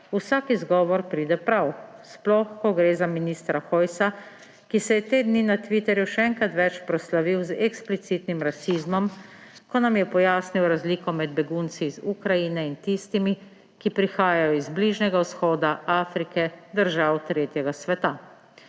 vsak izgovor pride prav, sploh ko gre za ministra Hojsa, ki se je te dni na Twitterju še enkrat več proslavil z eksplicitnim rasizmom, ko nam je pojasnil razliko med begunci iz Ukrajine in tistimi, ki prihajajo iz Bližnjega vzhoda, Afrike, držav tretjega sveta.